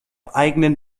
eigenen